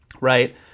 right